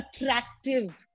attractive